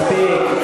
מספיק,